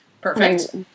Perfect